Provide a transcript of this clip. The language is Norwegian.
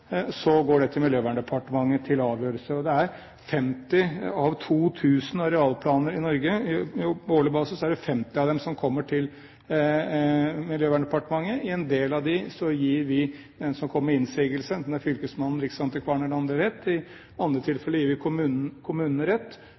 går det til Miljøverndepartementet til avgjørelse. På årlig basis er det 50 av 2 000 arealplaner i Norge som kommer til Miljøverndepartementet. I en del av dem gir vi den som kommer med innsigelse – enten det er fylkesmannen, riksantikvaren eller andre – rett. I andre tilfeller gir vi kommunene rett.